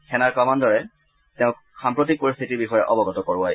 সেনাৰ কামাণ্ডাৰে তেওঁক সাম্প্ৰতিক পৰিস্থিতিৰ বিষয়ে অৱগত কৰোৱাই